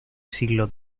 siglo